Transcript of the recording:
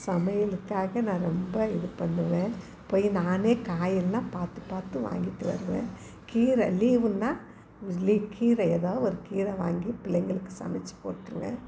சமையலுக்காக நான் ரொம்ப இது பண்ணுவேன் போய் நானே காய் எல்லாம் பார்த்து பார்த்து வாங்கிகிட்டு வருவேன் கீரை லீவுன்னால் கீ கீரை ஏதாே ஒரு கீரை வாங்கி பிள்ளைங்களுக்கு சமைத்து போட்டுருவேன்